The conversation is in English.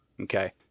Okay